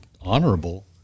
honorable